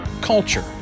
culture